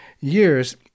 years